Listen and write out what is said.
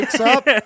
up